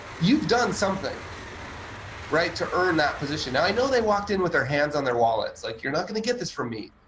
you've done something to earn that position. i know they walked in with their hands on their wallets like, you're not going to get this from me.